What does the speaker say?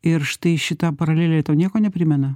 ir štai šita paralelė tau nieko neprimena